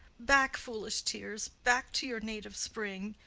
back, foolish tears, back to your native spring!